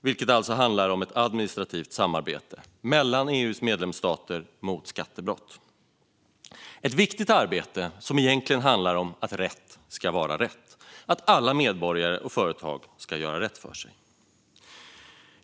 Det är alltså ett administrativt samarbete mellan EU:s medlemsstater mot skattebrott - ett viktigt arbete som egentligen handlar om att rätt ska vara rätt och att alla medborgare och företag ska göra rätt för sig.